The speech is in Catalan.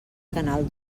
canal